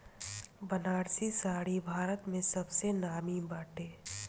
बनारसी साड़ी भारत में सबसे नामी बाटे